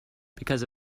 because